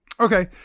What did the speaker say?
Okay